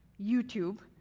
youtube,